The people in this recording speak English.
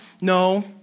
No